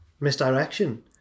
misdirection